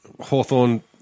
Hawthorne